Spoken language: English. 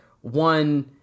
one